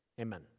amen